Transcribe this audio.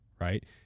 right